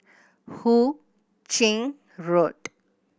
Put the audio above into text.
Hu Ching Road